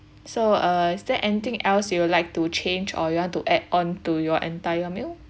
so uh is there anything else you would like to change or you want to add on to your entire meal